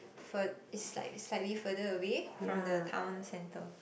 fur~ is like slightly further away from the town center